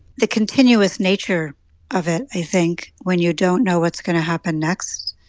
the continuous nature of it, i think when you don't know what's going to happen next,